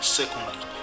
secondly